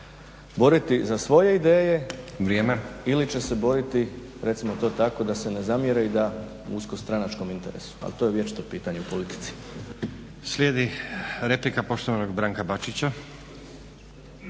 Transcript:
boriti za svoje ideje ili će se boriti recimo to tako da se ne zamjere i da u usko stranačkom interesu. Ali to je vječito pitanje u politici. **Stazić, Nenad (SDP)** Slijedi replika poštovanog Branka Bačića.